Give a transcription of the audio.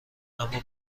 اما